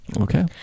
Okay